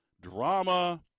drama